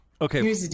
Okay